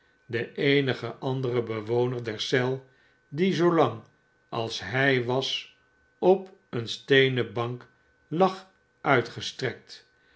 den eenigen anderen bewoner der eel die zoolang als hij was op een steenen bank lag uitgestrekt